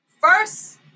First